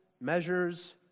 measures